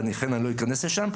ולכן אני לא אכנס לשם.